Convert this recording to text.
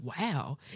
wow